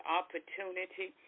opportunity